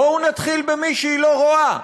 בואו נתחיל במי שהיא לא רואה.